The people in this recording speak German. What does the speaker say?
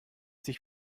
sich